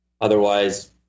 otherwise